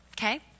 Okay